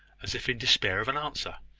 as if in despair of an answer.